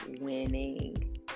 winning